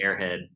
airhead